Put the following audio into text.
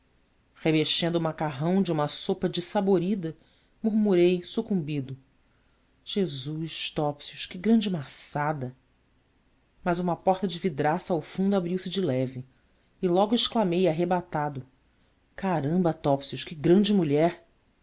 o macarrão de uma sopa dessaborida murmurei sucumbido jesus topsius que grande maçada mas uma porta de vidraça ao fundo abriu-se de leve e logo exclamei arrebatado caramba topsius que grande mulher